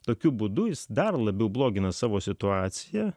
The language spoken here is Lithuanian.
tokiu būdu jis dar labiau blogina savo situaciją